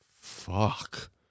Fuck